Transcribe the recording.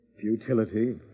Futility